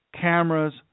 cameras